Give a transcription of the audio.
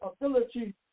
ability